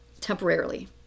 temporarily